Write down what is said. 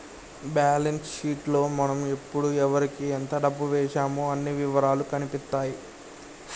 balance sheet లో మనం ఎప్పుడు ఎవరికీ ఎంత డబ్బు వేశామో అన్ని ఇవరాలూ కనిపిత్తాయి